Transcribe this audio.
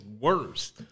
worst